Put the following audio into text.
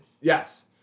Yes